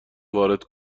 وارد